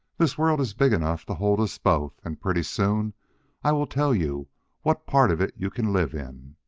this world is big enough to hold us both, and pretty soon i will tell you what part of it you can live in.